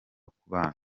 kubana